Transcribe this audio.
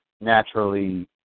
naturally